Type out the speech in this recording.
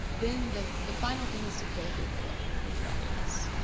then the the final thing is to build rapport with your audience.